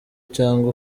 cyangwa